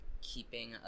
keeping